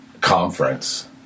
Conference